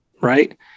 right